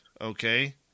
okay